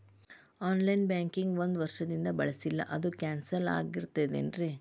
On line banking ಒಂದ್ ವರ್ಷದಿಂದ ಬಳಸಿಲ್ಲ ಅದು ಕ್ಯಾನ್ಸಲ್ ಆಗಿರ್ತದೇನ್ರಿ?